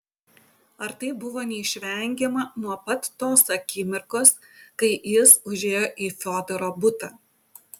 ar tai buvo neišvengiama nuo pat tos akimirkos kai jis užėjo į fiodoro butą